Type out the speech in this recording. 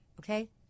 okay